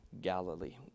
galilee